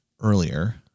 earlier